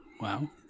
Wow